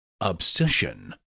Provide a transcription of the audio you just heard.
obsession